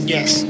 Yes